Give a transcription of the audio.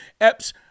Epps